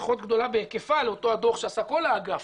פחות גדולה בהיקפה לאותו הדוח שעשה כל האגף,